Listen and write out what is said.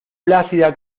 plácida